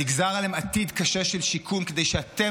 ונגזר עליהם עתיד קשה של שיקום כדי שאתם